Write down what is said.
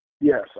Yes